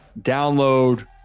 download